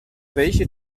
welche